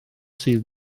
sydd